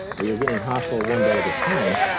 we were getting hostel one bed at a time,